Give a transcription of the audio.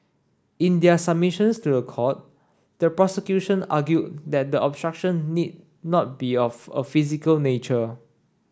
in their submissions to the court the prosecution argued that the obstruction need not be of a physical nature